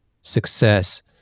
success